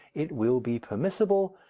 it will be permissible,